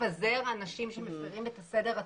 לפזר אנשים שמפירים את הסדר הציבורי.